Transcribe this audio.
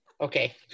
Okay